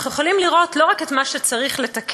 אנחנו יכולים לראות לא רק את מה שצריך לתקן,